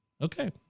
Okay